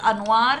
אל אנואר,